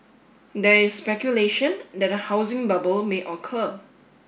there is speculation that a housing bubble may occur